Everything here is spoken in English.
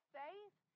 faith